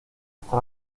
hasta